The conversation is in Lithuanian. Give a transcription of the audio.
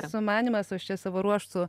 sumanymas aš čia savo ruožtu